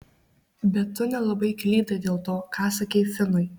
bet tu nelabai klydai dėl to ką sakei finui